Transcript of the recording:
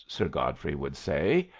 sir godfrey would say.